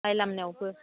माइ लामनायावबो